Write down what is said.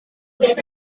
lain